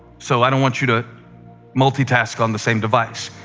so i don't want you to multitask on the same device.